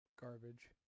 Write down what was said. Garbage